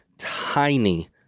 Tiny